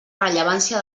rellevància